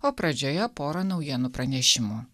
o pradžioje porą naujienų pranešimų